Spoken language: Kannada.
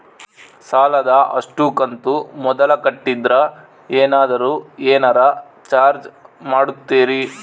ಸಾಲದ ಅಷ್ಟು ಕಂತು ಮೊದಲ ಕಟ್ಟಿದ್ರ ಏನಾದರೂ ಏನರ ಚಾರ್ಜ್ ಮಾಡುತ್ತೇರಿ?